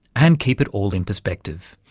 and keep it all in perspective.